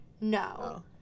No